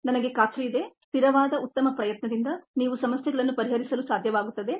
ನನಗೆ ಖಾತ್ರಿಯಿದೆ ಸ್ಥಿರವಾದ ಉತ್ತಮ ಪ್ರಯತ್ನದಿಂದ ನೀವು ಸಮಸ್ಯೆಗಳನ್ನು ಪರಿಹರಿಸಲು ಸಾಧ್ಯವಾಗುತ್ತದೆ